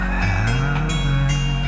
heaven